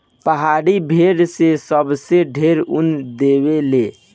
पहाड़ी भेड़ से सबसे ढेर ऊन देवे ले